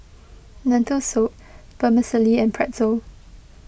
Lentil Soup Vermicelli and Pretzel